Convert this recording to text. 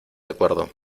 acuerdo